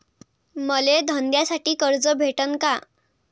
मले धंद्यासाठी कर्ज भेटन का?